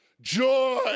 Joy